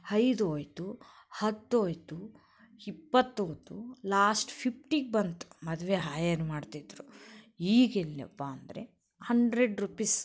ಐದೋಯ್ತು ಹತ್ತೋಯಿತು ಇಪ್ಪತ್ತೋಯ್ತು ಲಾಸ್ಟ್ ಫಿಫ್ಟಿಗೆ ಬಂತು ಮದುವೆ ಹಾಯೆರ್ ಮಾಡ್ತಿದ್ದರು ಈಗೆಲ್ಲಪ್ಪ ಅಂದರೆ ಹಂಡ್ರೆಡ್ ರುಪೀಸ್